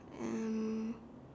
and